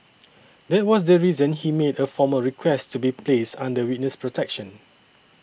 that was the reason he made a formal request to be placed under witness protection